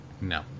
No